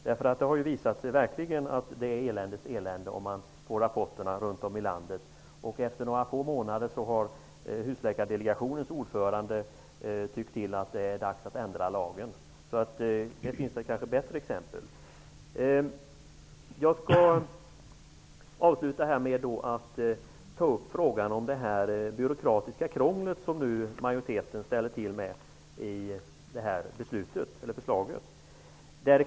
Det har ju verkligen visat sig att det är ett eländes elände. Det kommer rapporter från olika håll i landet. Efter några få månader har Husläkardelegationens ordförande sagt att det är dags att ändra lagen. Det finns kanske bättre exempel. Jag skall avsluta med att ta upp frågan om det byråkratiska krångel som majoriteten nu ställer till med genom det här förslaget.